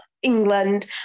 England